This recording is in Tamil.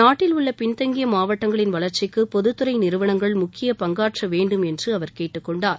நாட்டில் உள்ள பின்தங்கிய மாவட்டங்களின் வளர்ச்சிக்கு பொதுத்துறை நிறுவனங்கள் முக்கிய பங்காற்ற வேண்டும் என்று அவர் கேட்டுக் கொண்டார்